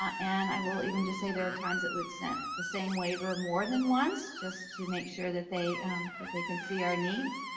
and i will even just say there are times it sent the same waiver more than once just to make sure that they that they can see our needs.